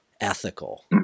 ethical